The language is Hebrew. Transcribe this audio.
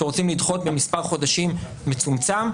שרוצים לדחות במספר חודשים מצומצם,